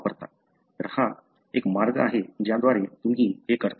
तर हा एक मार्ग आहे ज्याद्वारे तुम्ही करता